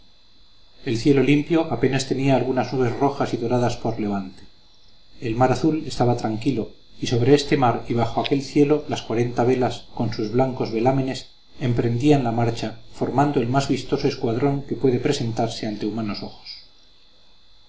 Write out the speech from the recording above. el cielo limpio apenas tenía algunas nubes rojas y doradas por levante el mar azul estaba tranquilo y sobre este mar y bajo aquel cielo las cuarenta velas con sus blancos velámenes emprendían la marcha formando el más vistoso escuadrón que puede presentarse ante humanos ojos